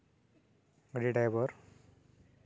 ᱜᱟᱹᱰᱤ ᱰᱟᱭᱵᱷᱟᱨ